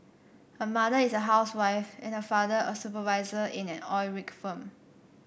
her mother is a housewife and her father a supervisor in an oil rig firm